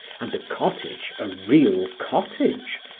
and the cottage a real cottage,